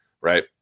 right